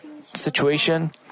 situation